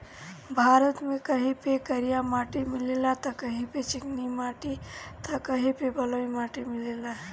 भारत में कहीं पे करिया माटी मिलेला त कहीं पे चिकनी माटी त कहीं पे बलुई माटी मिलेला